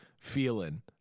feeling